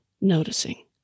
noticing